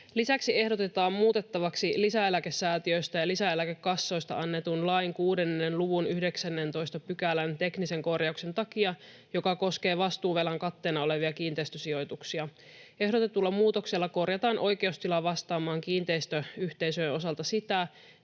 korjauksen takia muutettavaksi lisäeläkesäätiöistä ja lisäeläkekassoista annetun lain 6 luvun 19 §:ää, joka koskee vastuuvelan katteena olevia kiinteistösijoituksia. Ehdotetulla muutoksella korjataan oikeustila vastaamaan kiinteistöyhteisöjen osalta sitä,